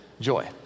joy